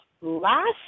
last